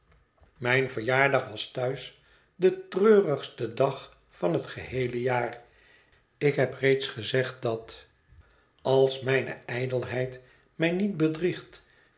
mijn verjaardag was thuis de treurigste dag van het geheele jaar ik heb reeds gezegd dat als mijne ijdelheid mij niet bedriegt